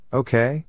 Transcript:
okay